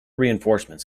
reinforcements